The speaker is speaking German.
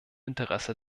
interesse